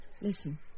Listen